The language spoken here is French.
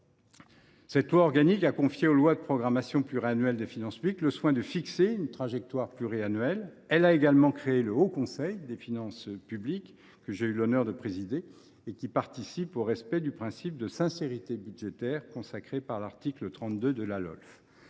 Cette loi organique a confié aux lois de programmation pluriannuelle des finances publiques le soin de fixer une trajectoire pluriannuelle. Elle a également créé le Haut Conseil des finances publiques, que j’ai eu l’honneur de présider, et qui veille au respect du principe de sincérité budgétaire consacré par l’article 32 de la Lolf.